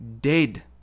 dead